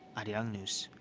arirang news.